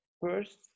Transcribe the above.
first